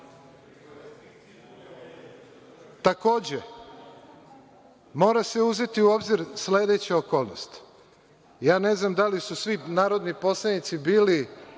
godine. Takođe, mora se uzeti u obzir sledeća okolnost. Ne znam da li su svi narodni poslanici bili